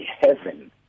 heaven